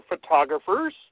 photographers